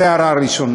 זו ההערה הראשונה.